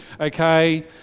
okay